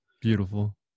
beautiful